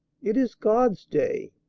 it is god's day,